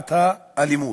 תופעת האלימות.